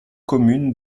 commune